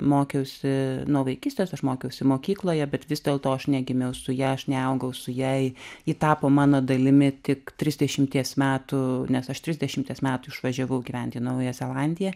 mokiausi nuo vaikystės aš mokiausi mokykloje bet vis dėlto aš negimiau su ja aš neaugau su ja ji tapo mano dalimi tik trisdešimties metų nes aš trisdešimties metų išvažiavau gyventi į naująją zelandiją